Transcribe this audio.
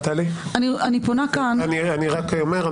אני רק אומר,